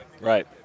Right